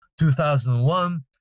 2001